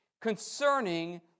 concerning